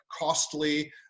costly